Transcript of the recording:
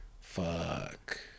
Fuck